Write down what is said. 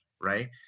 right